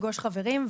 לפגוש חברים,